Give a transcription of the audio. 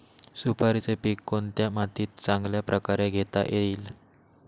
सुपारीचे पीक कोणत्या मातीत चांगल्या प्रकारे घेता येईल?